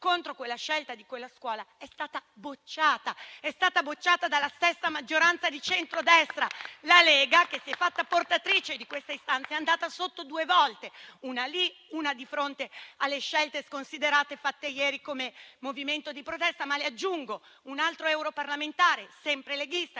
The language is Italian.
contro la scelta di quella scuola, ma è stata bocciata dalla stessa maggioranza di centrodestra. La Lega, che si è fatta portatrice di quell'istanza è andata sotto due volte: una lì e una di fronte alle scelte sconsiderate fatte ieri come movimento di protesta. Aggiungo che un altro europarlamentare, sempre leghista